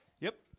yep.